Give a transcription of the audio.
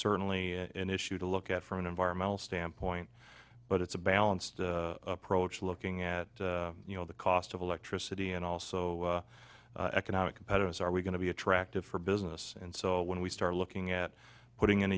certainly an issue to look at from an environmental standpoint but it's a balanced approach to looking at you know the cost of electricity and also economic competitors are we going to be attractive for business and so when we start looking at putting in